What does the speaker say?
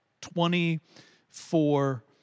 Twenty-four